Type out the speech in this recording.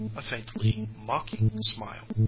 a faintly mocking smile.